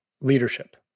leadership